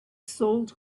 sold